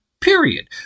Period